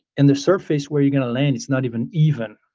and the surface where you're going to land is not even even.